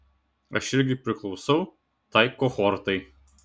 aš irgi priklausau tai kohortai